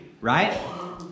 right